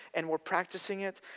and were practicing it.